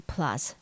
Plus